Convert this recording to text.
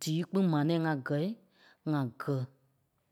díi kpîŋ maa nɛ̃ɛ ŋa gɛ ŋa gɛ